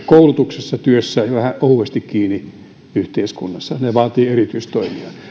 koulutuksessa eivätkä työssä ja ovat vähän ohuesti kiinni yhteiskunnassa nämä vaativat erityistoimia